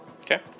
Okay